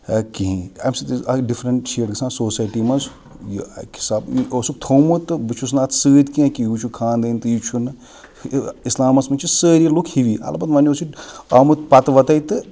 یا کِہیٖنۍ اَمہِ سۭتۍ ٲسۍ اَکھ ڈِفرَنٛٹشیٹ گژھان سوسایٹی منٛز یہِ اَکہِ حِساب یہِ اوسُکھ تھوٚمُت تہٕ بہٕ چھُس نہٕ اَتھ سۭتۍ کیٚنٛہہ کہِ یہِ ہیوٗ چھُ خانٛدٲنۍ تہٕ یہِ چھُنہٕ اِسلامَس منٛز چھِ سٲری لُکھ ہِوی البتہٕ وۄنۍ اوس یہِ آمُت پتہٕ وتَے تہٕ